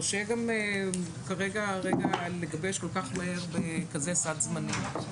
קשה גם כרגע לגבש כל כך מהר בכזה סד זמנים.